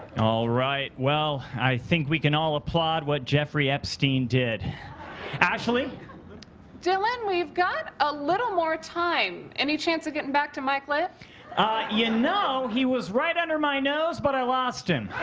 all right well, i think we can all applaud what jeffrey epstein did ashley dylan, we've got a little more time. any chance of getting back to mike litt? ah, you know, he was right under my nose, but i lost him.